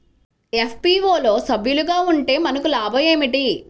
FPO లో సభ్యులుగా ఉంటే మనకు లాభం ఏమిటి?